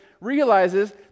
realizes